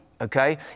Okay